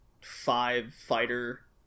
five-fighter